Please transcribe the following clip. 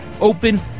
open